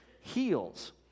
heals